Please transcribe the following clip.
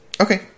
okay